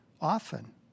often